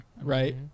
Right